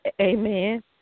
Amen